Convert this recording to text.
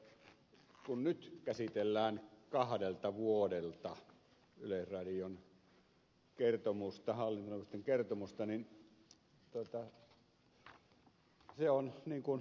ensinnäkin kun nyt käsitellään kahdelta vuodelta yleisradion hallintoneuvoston kertomusta niin se on niin kuin ed